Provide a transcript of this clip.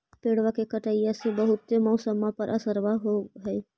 पेड़बा के कटईया से से बहुते मौसमा पर असरबा हो है?